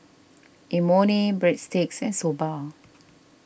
Imoni Breadsticks and Soba